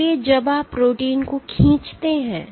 इसलिए जब आप प्रोटीन को खींचते हैं